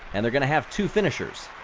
and they're gonna have two finishers.